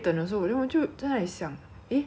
很油又很丑的味道